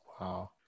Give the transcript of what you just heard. Wow